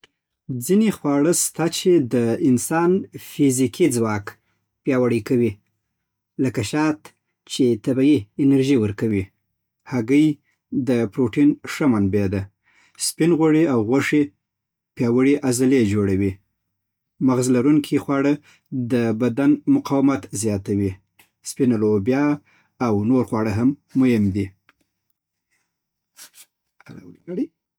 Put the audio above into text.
ځینې خواړه سته چې د انسان فزیکي ځواک پیاوړی کوي. لکه شات چې طبیعي انرژي ورکوي. هګۍ د پروټین ښه منبع ده. سپین غوړي او غوښې پیاوړې عضلې جوړوي. مغز لرونکي خواړه د بدن مقاومت زیاتوي. سپینې لوبیا او نور خواړه هم مهم دی